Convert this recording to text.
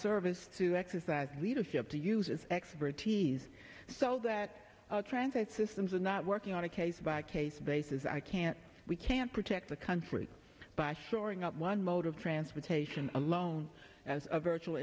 service to exercise leadership to use its expertise so that transit systems are not working on a case by case basis i can't we can't protect the country by shoring up one mode of transportation as a virtual